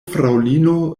fraŭlino